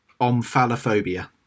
omphalophobia